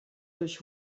durch